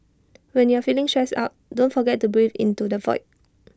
when you are feeling stressed out don't forget to breathe into the void